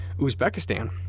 Uzbekistan